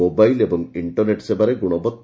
mobile ଏବଂ internet ସେବାରେ ଗୁଶବଉ